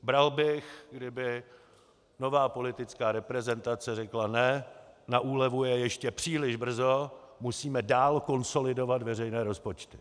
Bral bych, kdyby nová politická reprezentace řekla ne, na úlevu je ještě příliš brzy, musíme dál konsolidovat veřejné rozpočty.